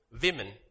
women